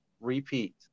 repeat